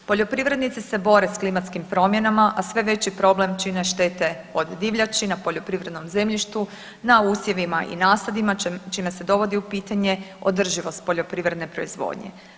Poljoprivrednici se bore s klimatskim promjenama, a sve veći problem čine štete od divljači na poljoprivrednom zemljištu, na usjevima i nasadima čime se dovodi u pitanje održivost poljoprivredne proizvodnje.